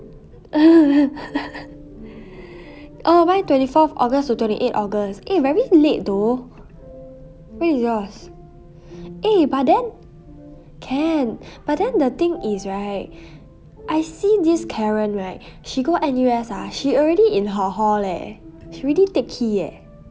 oh why twenty fourth august to twenty eight august eh this is late though oh my gosh eh but then can but then the thing is right I see this caron right she go N_U_S ah she already in her hall leh she already take key eh